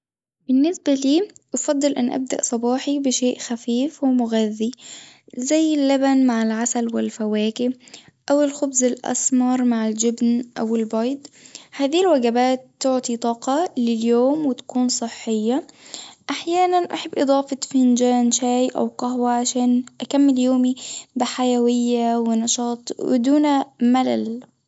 بالنسبة لي أفضل أن ابدأ صباحي بشيء خفيف ومغذي زي اللبن مع العسل والفواكه أو الخبز الأسمر مع الجبن أو البيض هذه الوجبات تعطي طاقة لليوم وتكون صحية أحيانا أحب إضافة فنجان شاي أو قهوة عشان أكمل يومي بحيوية ونشاط ودون ملل.